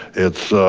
it's a,